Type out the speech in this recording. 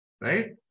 right